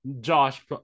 Josh